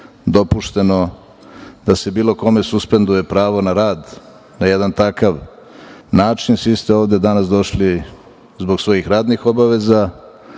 dopušteno da se bilo kome suspenduje pravo na rad, na jedan takav način. Svi ste danas ovde došli zbog svojih radnih obaveza.